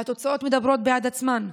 והתוצאות מדברות בעד עצמן.